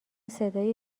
صدای